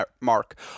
mark